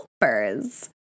helpers